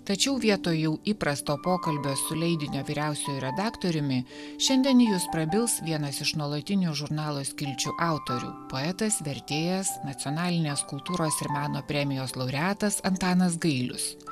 tačiau vietoj jau įprasto pokalbio su leidinio vyriausiuoju redaktoriumi šiandien į jus prabils vienas iš nuolatinių žurnalo skilčių autorių poetas vertėjas nacionalinės kultūros ir meno premijos laureatas antanas gailius